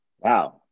Wow